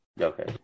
Okay